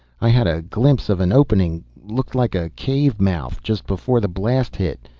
i had a glimpse of an opening, looked like a cave mouth, just before the blast hit.